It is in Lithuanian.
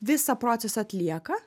visą procesą atlieka